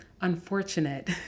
unfortunate